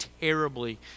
terribly